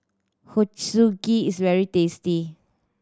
ochazuke is very tasty